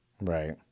Right